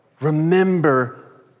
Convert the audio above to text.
remember